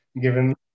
given